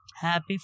Happy